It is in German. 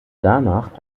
danach